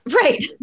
right